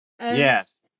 Yes